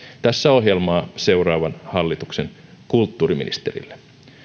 tässä ohjelmaa seuraavan hallituksen kulttuuriministerille